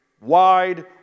wide